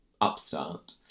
upstart